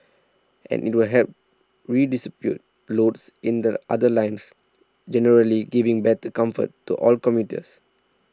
and it will help redistribute loads in the other lines generally giving better comfort to all commuters